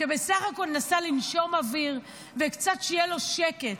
כשבסך הכול נסע לנשום אוויר וקצת שיהיה שקט.